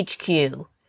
HQ